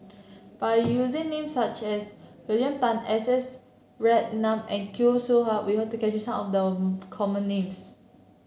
by using names such as William Tan S S Ratnam and Khoo Seow Hwa we hope to capture some of the common names